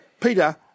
Peter